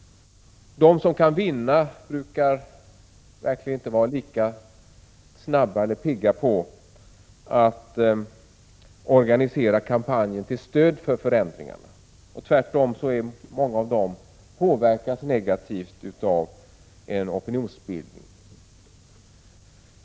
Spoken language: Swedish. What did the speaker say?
De som kan vinna brukar inte vara lika pigga på att organisera kampanjer till stöd för förändringarna. Tvärtom. Många av dem påverkas av en negativ opinionsbildning.